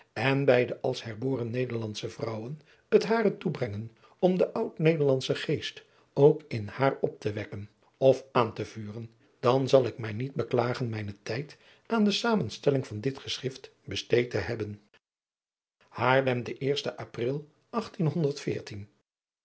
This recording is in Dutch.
en bij de als herboren nederlandsche vrouwen het hare toebrengen om den oud nederlandschen geest ook in haar op te wekken of aan te vuren dan zal ik mij niet beklagen mijnen tijd aan de zamenstelling van dit geschrift besteed te hebben aarlem pril